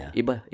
iba